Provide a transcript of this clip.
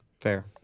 Fair